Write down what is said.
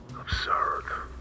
Absurd